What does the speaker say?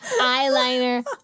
eyeliner